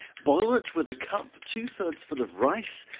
boil it with a cup two thirds full of rice,